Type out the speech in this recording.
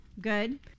Good